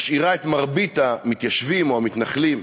משאירה את רוב המתיישבים, או המתנחלים,